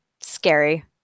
scary